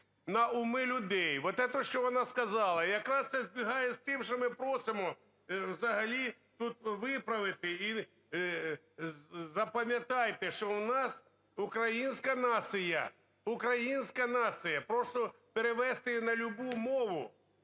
на уми людей. Вот это, що вона сказала. Якраз це збігається з тим, що ми просимо взагалі тут виправити. І запам'ятайте, що у нас українська нація, українська нація, просто перевести її на любу мову,